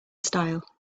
style